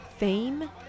Fame